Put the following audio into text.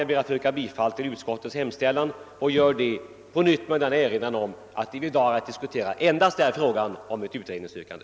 Jag ber att få yrka bifall till utskottets hemställan och gör det på nytt med en erinran om att vi i dag har att diskutera endast frågan om ett utredningsyrkande.